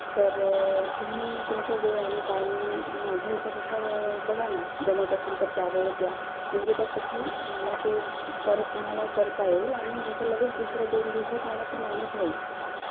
तर तुम्ही तुमचा वेळ आणि टायमिंग माझ्या याच्यानुसार बघा ना जमत असेल तर त्या वेळेत या म्हणजे कसं की मला ते परत तुम्हाला करता येईल आणि नंतर लगेच दुसऱ्या दोन दिवसात मला ते मॅनेज होईल